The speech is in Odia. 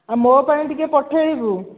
ଆଉ ମୋ ପାଇଁ ଟିକିଏ ପଠାଇବୁ